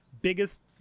Biggest